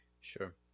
Sure